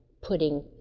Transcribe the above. putting